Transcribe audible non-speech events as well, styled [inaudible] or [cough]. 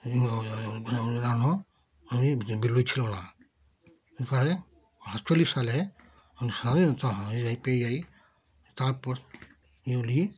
ওই ওই ওই ওই [unintelligible] ছিল না এর পরে সাতচল্লিশ সালে আমরা স্বাধীনতা হয়ে যাই পেয়ে যাই তারপর ইংরেজ